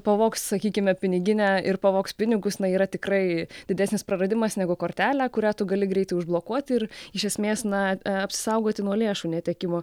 pavogs sakykime piniginę ir pavogs pinigus na yra tikrai didesnis praradimas negu kortelę kurią tu gali greitai užblokuoti ir iš esmės na apsisaugoti nuo lėšų netekimo